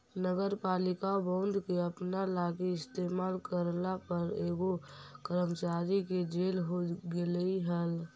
नगरपालिका बॉन्ड के अपना लागी इस्तेमाल करला पर एगो कर्मचारी के जेल हो गेलई हल